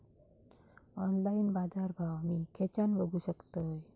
Online बाजारभाव मी खेच्यान बघू शकतय?